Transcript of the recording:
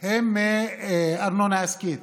הם מארנונה עסקית.